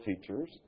teachers